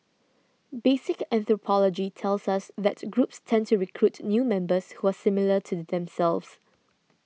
basic anthropology tells us that groups tend to recruit new members who are similar to themselves